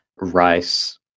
RICE